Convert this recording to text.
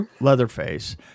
Leatherface